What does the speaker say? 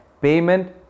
Payment